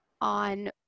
on